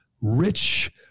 rich